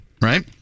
right